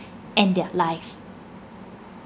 end their life